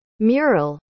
Mural